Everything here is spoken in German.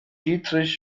dietrich